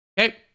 okay